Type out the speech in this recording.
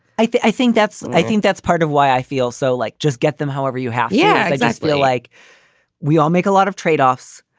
i think i think that's i think that's part of why i feel so like. just get them however you have. yeah. i so feel like we all make a lot of tradeoffs.